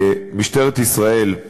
משטרת ישראל,